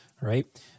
right